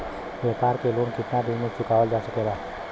व्यापार के लोन कितना दिन मे चुकावल जा सकेला?